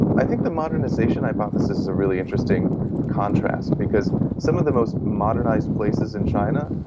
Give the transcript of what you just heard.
i think the modernisation hypothesis is a really interesting contrast, because some of the most modernised places in china,